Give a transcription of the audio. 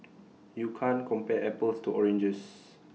you can't compare apples to oranges